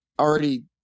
already